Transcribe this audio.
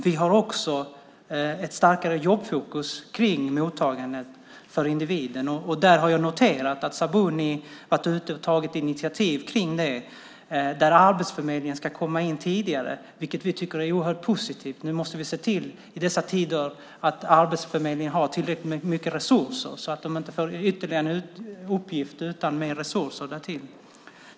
Vi har också ett starkare jobbfokus kring mottagandet för individen. Jag har noterat att Sabuni varit ute och tagit initiativ innebärande att Arbetsförmedlingen ska komma in tidigare, något som vi tycker är oerhört positivt. I dessa tider måste vi se till att Arbetsförmedlingen har tillräckligt med resurser så att de inte får ytterligare en uppgift utan att ha fått mer resurser.